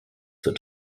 zur